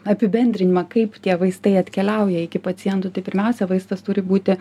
apibendrinimą kaip tie vaistai atkeliauja iki pacientų tai pirmiausia vaistas turi būti